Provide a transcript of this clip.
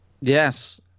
Yes